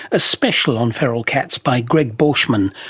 a special on feral cats by gregg borschmann.